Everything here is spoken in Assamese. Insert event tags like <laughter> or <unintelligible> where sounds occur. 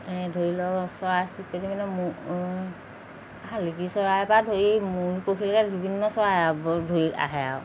ধৰি লওক চৰাই চিৰিকটি মানে শালিকী চৰাই পৰা ধৰি মূল পক্ষীলৈ বিভিন্ন চৰাই <unintelligible> ধৰি আহে আৰু